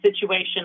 situation